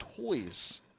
toys